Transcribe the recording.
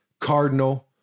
cardinal